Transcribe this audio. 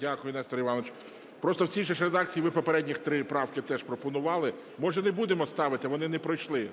Дякую, Нестор Іванович. Просто в цій же ж редакції ви попередніх 3 правки теж пропонували. Може не будемо ставити, вони не пройшли?